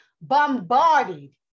Bombarded